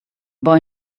boy